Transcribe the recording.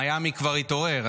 מיאמי כבר התעורר,